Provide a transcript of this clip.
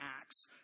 Acts